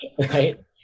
right